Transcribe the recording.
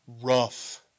rough